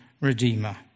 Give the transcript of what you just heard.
redeemer